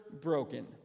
broken